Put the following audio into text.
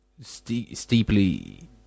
steeply